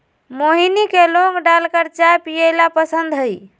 मोहिनी के लौंग डालकर चाय पीयला पसंद हई